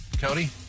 Cody